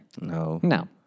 No